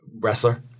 Wrestler